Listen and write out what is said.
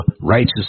righteous